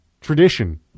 tradition